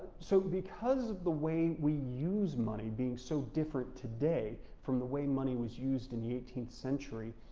so because of the way we use money being so different today from the way money was used in the eighteenth century,